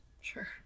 Sure